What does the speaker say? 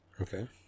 Okay